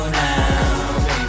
now